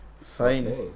Fine